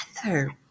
together